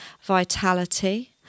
vitality